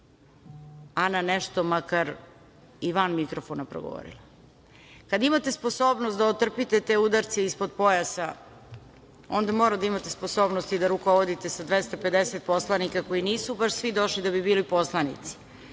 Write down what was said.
Ana nešto makar i van mikrofona progovorila. Kad imate sposobnost da trpite te udarce ispod pojasa, onda morate da imate sposobnost i da rukovodite sa 250 poslanika koji nisu baš svi došli da bi bili poslanici.